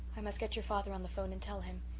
i must get your father on the phone and tell him.